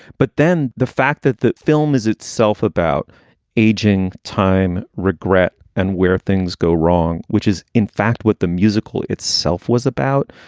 but then the fact that that film is itself about aging, time, regret and where things go wrong, which is in fact what the musical itself was about,